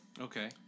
Okay